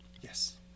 Yes